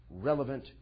relevant